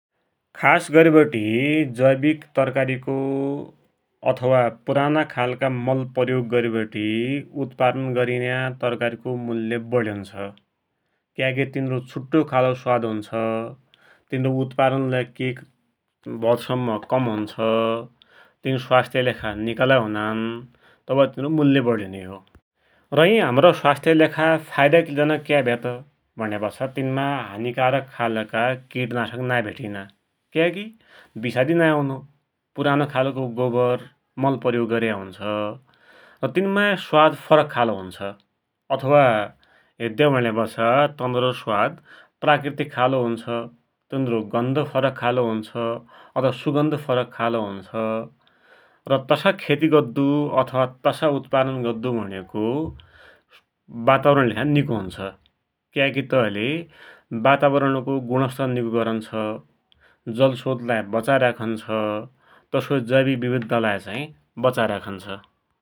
खास गरिवरि जैविक तरकारीको अथवा पुराना खालको मल प्रयोग गरिवटी उत्पादन गरिन्या तरकारीको मूल्य वढी हुन्छ। क्याकी तनरो छुट्टो खालको स्वाद हुन्छ। तिनरो उत्पादनले के मौत सम्म कम हुन्छ । तिन स्वास्थ्यकि लेखा निका लै हुनान्। तवै तिनरो मूल्य लै बढी हुन्यो। र यी हमरा स्वास्थ्यकि लेखा फाइ‌दाजनक क्या भया त, भुण्यापाछा तिनमा विकार खालका किटनासक नाई भेटिना। क्याकी विसादि नाइहुनो, पुराना खालको गोवर मल प्रयोग गर्या हुन्छ । र तिनमा स्वादलै फरक खालको हुन्छ, अथवा हेद्द्यौ भुण्यापाछा तनरो स्वाद प्राकृतिक खालको हुन्छ । तिनरो गन्ध फरक खालको हुन्छ, अथवा सुगन्ध फरक खालको हुन्छ, र तसा खेती गद्दाकी अथवा तसा उत्पादन गद्दु भुणेको वातावरणकी लेखा निको हुन्छ । क्याकि तैले वातावरणको गुणस्तर निको गरुन्छ, जलस्रोतलाइ बचाई राखुन्छ,, तसोइ जैविक विभिततालाई बचाइराखुन्छ ।